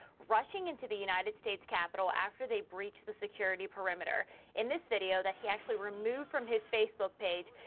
rushing into the united states capitol after they breached the security perimeter in this video that he actually removed from his facebook page.